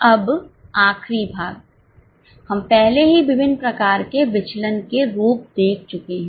अब आख़िरी भाग हम पहले ही विभिन्न प्रकार के विचलन के रूप देख चुके हैं